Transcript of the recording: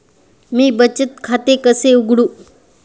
मी बचत खाते कसे उघडू?